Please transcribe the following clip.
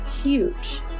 huge